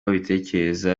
babitekereza